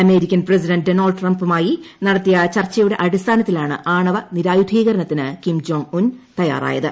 American president Donald ട്രംപുമായി നടത്തിയ ചർച്ചയുടെ അടിസ്ഥാനത്തിലാണ് ആണവ നിരായുധീക്ടരണത്തിന് കിം ജോങ്ങ് ഉൻ തയ്യാറായത്